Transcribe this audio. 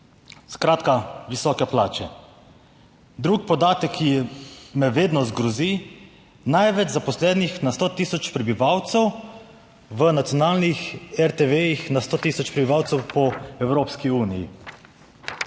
skratka, visoke plače. Drug podatek, ki me vedno zgrozi, največ zaposlenih na 100 tisoč prebivalcev v nacionalnih RTV na 100 tisoč prebivalcev po Evropski uniji.